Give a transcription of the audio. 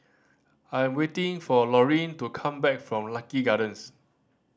I am waiting for Laureen to come back from Lucky Gardens